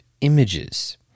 images